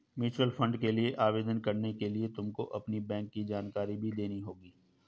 mutual fund के लिए आवेदन करने के लिए तुमको अपनी बैंक की जानकारी भी देनी होगी